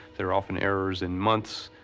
there are often errors in months.